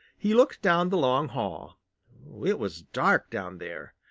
he looked down the long hall. it was dark down there.